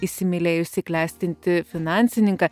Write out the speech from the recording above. įsimylėjusi klestintį finansininką